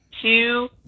two